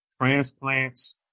Transplants